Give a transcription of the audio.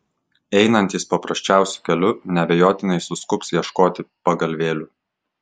einantys paprasčiausiu keliu neabejotinai suskubs ieškoti pagalvėlių